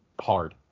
hard